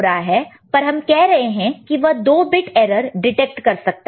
पर हम कह रहे हैं की वह 2 बिट एरर डिटेक्ट कर सकता है